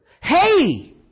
Hey